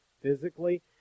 physically